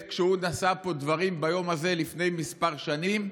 הייתה כשהוא נשא פה דברים ביום הזה לפני כמה שנים,